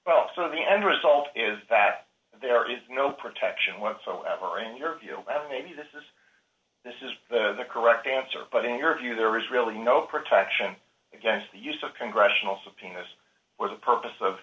well some of the end result is that there is no protection whatsoever in your view that maybe this is this is the correct answer but in your view there is really no protection against the use of congressional subpoenas for the purpose of